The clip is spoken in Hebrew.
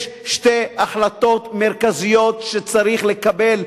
יש שתי החלטות מרכזיות שצריך לקבל,